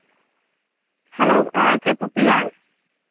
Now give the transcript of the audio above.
hello చెప్పు ప్రియా